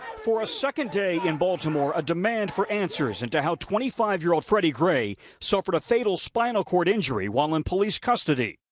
for a second day in baltimore, a demand for answers and to how twenty five year old freddie gray suffered a fatal spinal cord injury while in police custody.